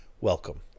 welcome